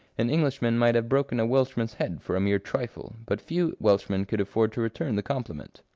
an englishman might have broken a welshman's head for a mere trifle, but few welshmen could afford to return the compliment.